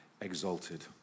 exalted